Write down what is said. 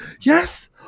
Yes